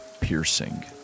piercing